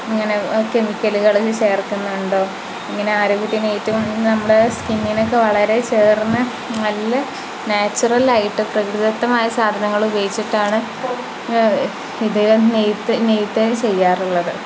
ഇങ്ങനെ കെമിക്കലുകൾ ചേർക്കുന്നുണ്ടോ ഇങ്ങനെ ആരോഗ്യത്തിന് ഏറ്റവും നമ്മുടെ സ്കിന്നിനൊക്കെ വളരെ ചേർന്ന നല്ല നാച്ചുറലായിട്ട് പ്രകൃതിദത്തമായ സാധങ്ങൾ ഉപയോഗിച്ചിട്ടാണ് തുണികൾ നെയ്ത് നെയ്ത് ചെയ്യാറുള്ളത്